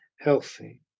healthy